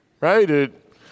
right